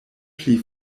pli